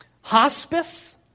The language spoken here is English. hospice